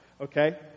Okay